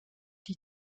die